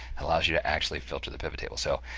allows you to actually filter the pivot table. so,